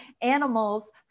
animals